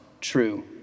true